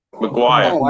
McGuire